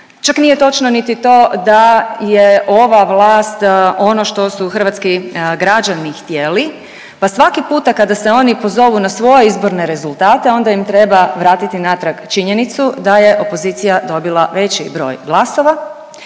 čak nije točno niti to da je ova vlast ono što su hrvatski građani htjeli, pa svaki puta kada se oni pozovu na svoje izborne rezultate, onda im treba vratiti natrag činjenicu da je opozicija dobila veći broj glasova,